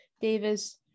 Davis